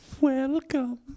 welcome